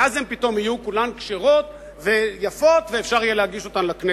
ואז הן פתאום יהיו כולן כשרות ויפות ואפשר יהיה להגיש אותן לכנסת.